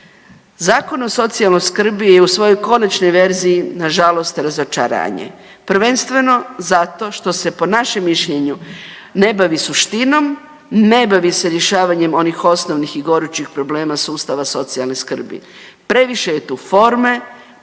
Zakon o socijalnoj skrbi je u svojoj konačnoj verziji nažalost razočaranje, prvenstveno zato što se po našem mišljenju ne bavi suštinom, ne bavi se rješavanjem onih osnovnih i gorućih problema sustava socijalne skrbi, previše je tu forme,